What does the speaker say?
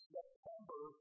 September